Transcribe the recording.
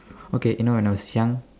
okay you know when I was young